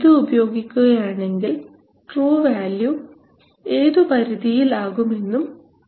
ഇത് ഉപയോഗിക്കുകയാണെങ്കിൽ true value ഏതു പരിധിയിൽ ആകുമെന്നും പറയണം